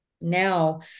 now